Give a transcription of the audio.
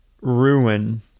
ruin